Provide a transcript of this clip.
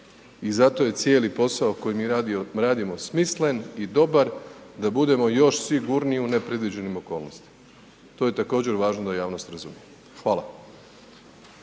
I zato je cijeli posao koji mi radimo, smislen i dobar da bude još sigurniji u nepredviđenim okolnostima. To je također važno da javnost razumije. Hvala.